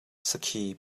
sakhi